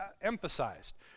emphasized